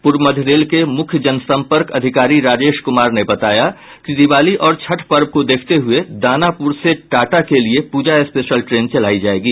पूर्व मध्य रेल के मुख्य जनसंपर्क अधिकारी राजेश कुमार ने बताया कि दीवाली और छठ पर्व को देखते हुये दानापुर से टाटा के लिये पूजा स्पेशल ट्रेन चलायी जायेंगी